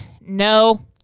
No